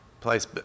place